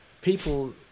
people